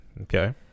Okay